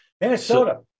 Minnesota